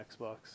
xbox